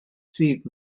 seat